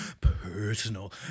personal